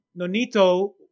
Nonito